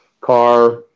car